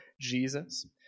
Jesus